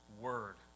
word